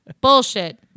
Bullshit